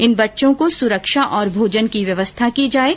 इन बच्चों की सुरक्षा और भोजन की व्यवस्था की जाये